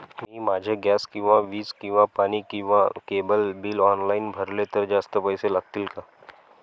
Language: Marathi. मी माझे गॅस किंवा वीज किंवा पाणी किंवा केबल बिल ऑनलाईन भरले तर जास्त पैसे लागतील का?